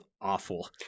awful